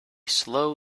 slow